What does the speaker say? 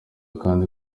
kandi